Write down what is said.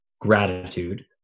gratitude